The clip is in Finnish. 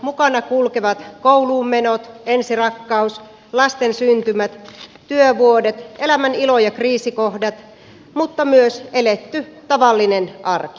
mukana kulkevat kouluunmenot ensirakkaus lasten syntymät työvuodet elämän ilo ja kriisikohdat mutta myös eletty tavallinen arki